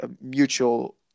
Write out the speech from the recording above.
mutual